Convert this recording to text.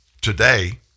today